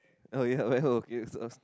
oh ya